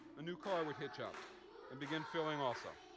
a new car would hitch up and begin filling also.